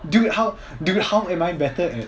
dude how dude how am I better at